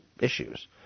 issues